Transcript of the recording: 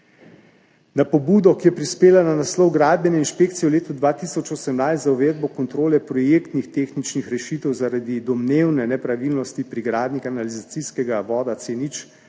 Na pobudo, ki je prispela na naslov Gradbene inšpekcije v letu 2018 za uvedbo kontrole projektnih tehničnih rešitev zaradi domnevne nepravilnosti pri gradnji kanalizacijskega voda C0 na